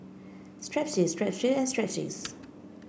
Strepsils Strepsils and Strepsils